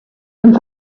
and